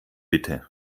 bitte